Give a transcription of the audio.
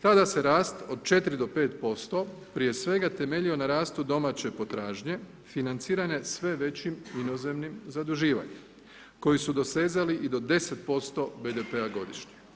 Tada se rast od 4 do 5%, prije svega, temeljio na rastu domaće potražnje, financirane sve većim inozemnim zaduživanjem koji su dosezali i do 10% BDP-a godišnje.